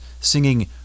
singing